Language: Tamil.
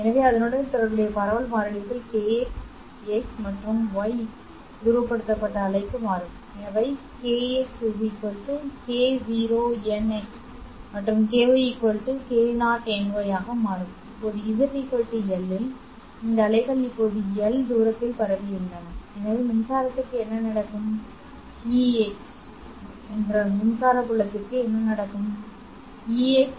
எனவே அதனுடன் தொடர்புடைய பரவல் மாறிலிகள் kx x மற்றும் y துருவப்படுத்தப்பட்ட அலைக்கு மாறும் அவை kx k0nx மற்றும் ky k0ny ஆக மாறும் இப்போது z L இல் இந்த அலைகள் இப்போது L தூரத்தில் பரவியுள்ளன எனவே மின்சாரத்திற்கு என்ன நடக்கும் புலம் ஈக்ஸ்